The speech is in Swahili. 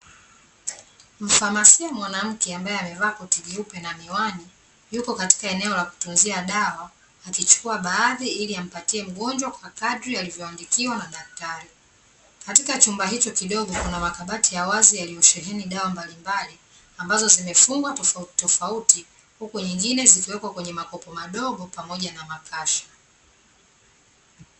Mfamasia mwanamke ambae amevaa koti jeupe na miwani yuko katika eneo la kutunzia dawa akichukua baadhi ili ampatie mgonjwa kwa kadri alivyoandikiwa na daktari. Katika chumba hicho kidogo kuna makabati ya wazi yaliyosheheni dawa mbalimbali, ambazo zimefungwa tofautitofauti, huku nyingine zikiwekwa kwenye makopo madogo pamoja na makasha.